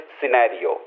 scenario